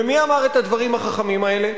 ומי אמר את הדברים החכמים האלה?